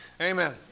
amen